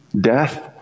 death